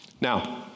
Now